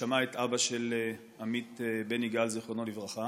כששמענו את אבא של עמית בן יגאל, זכרונו לברכה.